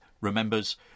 remembers